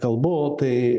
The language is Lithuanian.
kalbu tai